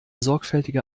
sorgfältige